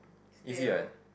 easy right